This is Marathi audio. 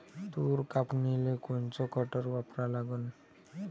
तूर कापनीले कोनचं कटर वापरा लागन?